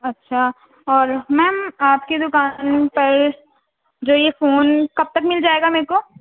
اچھا اور میم آپ کی دکان پر جو یہ فون کب تک مل جائے گا میکو